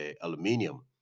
aluminium